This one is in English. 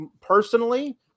personally